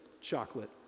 chocolate